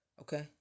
Okay